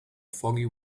foggy